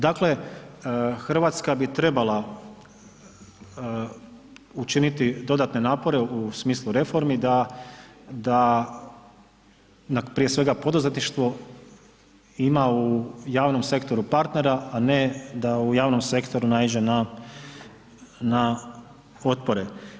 Dakle, Hrvatska bi treba učiniti dodatne napore u smislu reformi da, da prije svega poduzetništvo ima u javnom sektoru partnera, a ne da u javnom sektoru naiđe na otpore.